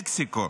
מקסיקו.